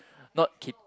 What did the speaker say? not kick